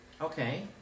Okay